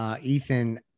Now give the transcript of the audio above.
Ethan